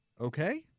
Okay